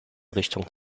richtung